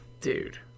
dude